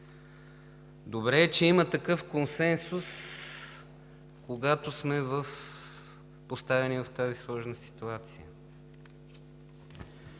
Добре е, че има такъв консенсус, когато сме поставени в тази сложна ситуация.